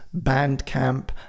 Bandcamp